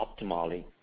optimally